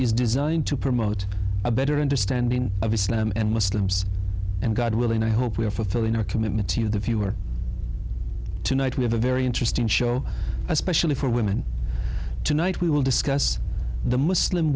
is designed to promote a better understanding of islam and muslims and god willing i hope we are fulfilling our commitment to you the viewer tonight we have a very interesting show especially for women tonight we will discuss the muslim